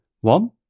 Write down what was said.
One